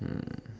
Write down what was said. mm